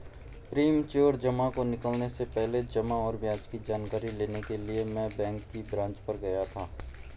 premature जमा को निकलने से पहले जमा और ब्याज की जानकारी लेने के लिए मैं बैंक की ब्रांच पर गया था